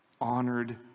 honored